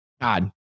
god